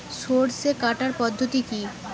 সরষে কাটার পদ্ধতি কি?